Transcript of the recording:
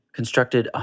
constructed